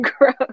gross